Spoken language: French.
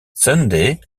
sunday